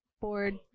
board